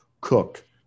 cook